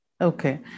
Okay